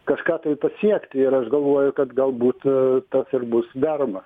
kažką tai pasiekti ir aš galvoju kad galbūt tas ir bus daroma